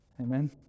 Amen